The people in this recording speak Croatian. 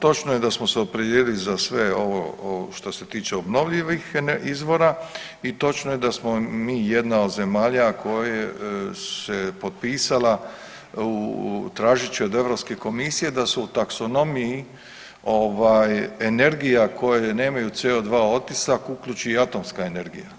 Točno je da smo se opredijelili za sve ovo što se tiče obnovljivih izvora i točno je da smo mi jedna od zemalja koje se potpisala u tražeći od EU komisije da se u taksonomiji energija koje nemaju CO2 otisak uključi i atomska energija.